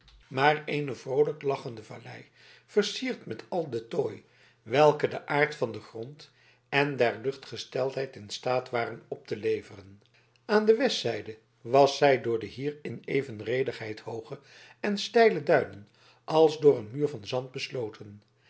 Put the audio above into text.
maar eene vroolijk lachende vallei versierd met al den tooi welken de aard van den grond en der luchtsgesteldheid in staat waren op te leveren aan de westzijde was zij door de hier in evenredigheid hooge en steile duinen als door een muur van zand besloten